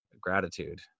gratitude